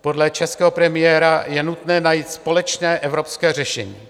Podle českého premiéra je nutné najít společné evropské řešení.